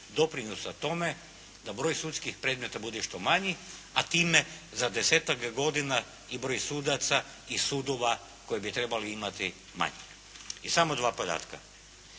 doprinosa tome da broj sudskih predmeta bude što manji a time za desetak godina i broj sudaca i sudova koji bi trebali imati manje. I samo dva podatka.